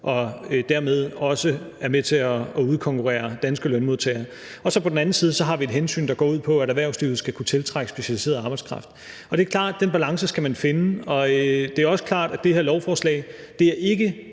og dermed også er med til at udkonkurrere danske lønmodtagere, og på den anden side har vi et hensyn, der går ud på, at erhvervslivet skal kunne tiltrække specialiseret arbejdskraft. Det er klart, at den balance skal man finde, og det er også klart, at det her lovforslag ikke